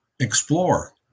explore